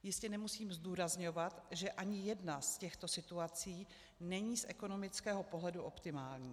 Jistě nemusím zdůrazňovat, že ani jedna z těchto situací není z ekonomického pohledu optimální.